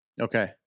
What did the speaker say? Okay